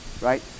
Right